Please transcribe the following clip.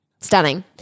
Stunning